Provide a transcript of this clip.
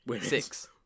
six